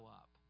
up